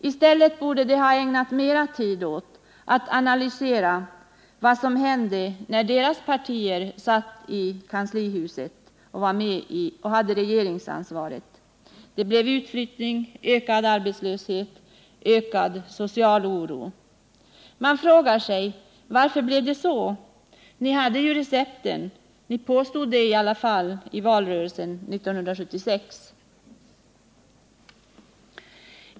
I stället borde de ha ägnat mer tid åt att analysera vad som hände när deras partier satt i kanslihuset och var med om att ha regeringsansvaret. Det blev utflyttning, ökad arbetslöshet, ökad social oro. Man frågar sig: Varför blev det så? Ni hade ju recepten. Ni påstod det i alla fall i valrörelsen 1976.